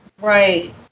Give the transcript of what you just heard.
Right